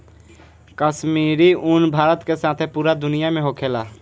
काश्मीरी उन भारत के साथे पूरा दुनिया में होखेला